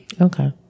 Okay